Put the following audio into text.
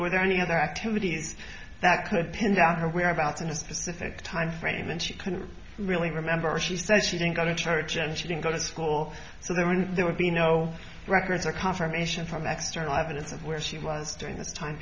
were there any other activities that could pin down her whereabouts in a specific time frame and she couldn't really remember she says she didn't go to church and she didn't go to school so they were there would be no records or confirmation from external evidence of where she was during this time